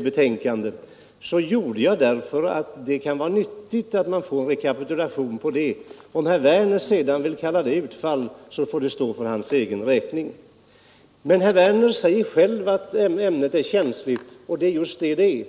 betänkande framhöll jag att jag gjorde det därför att det kunde vara nyttigt med en rekapitulation. Om herr Werner vill kalla det utfall får det stå för hans egen räkning. Herr Werner säger själv att ämnet är känsligt, och det är just vad det är.